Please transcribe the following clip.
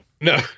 No